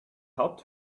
helped